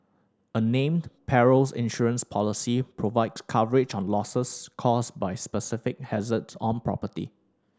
a named perils insurance policy provides coverage on losses caused by specific hazards on property